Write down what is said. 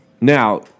Now